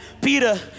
Peter